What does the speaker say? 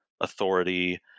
authority